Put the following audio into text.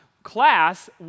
class